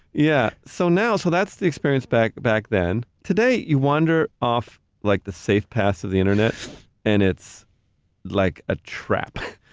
yeah, so now, so that's the experience back back then. today, you wander off like the safe paths of the internet and it's like a trap.